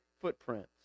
footprints